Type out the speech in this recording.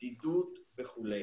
בדידות וכו'.